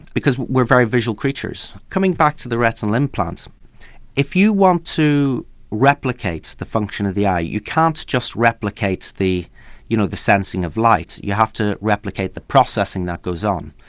because we're very visual creatures. coming back to the retinal implants if you want to replicate the function of the eye you can't just replicate the you know the sensing of light, you have to replicate the processing that goes on.